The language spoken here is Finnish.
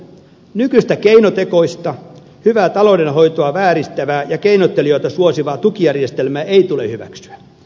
nykyistä keinotekoista hyvää taloudenhoitoa vääristävää ja keinottelijoita suosivaa tukijärjestelmää ei tule hyväksyä